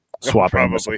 Swapping